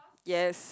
yes